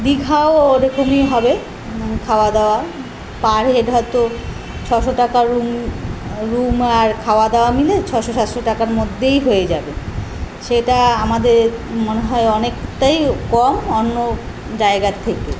দিঘাও ও রকমই হবে মানে খাওয়া দাওয়া পার হেড হয়তো ছশো টাকা রুম রুম আর খাওয়া দাওয়া মিলে ছশো সাতশো টাকার মধ্যেই হয়ে যাবে সেটা আমাদের মনে হয় অনেকটাই কম অন্য জায়গার থেকে